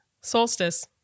solstice